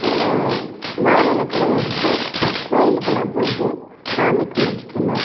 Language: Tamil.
மாவிளக்கெலாம் எடுத்து கோயிலுக்குலாம் போய்விட்டு சாமி கும்பிட்டுட்டு வந்தோம்